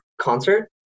concert